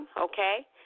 okay